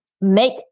make